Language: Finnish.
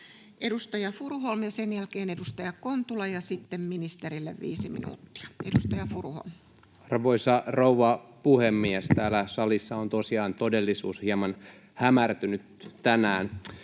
Edustaja Furuholm ja sen jälkeen edustaja Kontula, ja sitten ministerille viisi minuuttia. — Edustaja Furuholm. Arvoisa rouva puhemies! Täällä salissa on tosiaan todellisuus hieman hämärtynyt tänään.